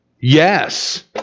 Yes